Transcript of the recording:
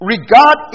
Regard